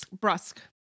Brusque